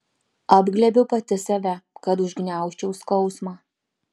apglėbiu pati save kad užgniaužčiau skausmą